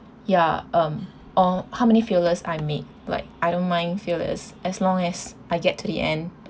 ya um or how many failures I made like I don't mind failures as long as I get to the end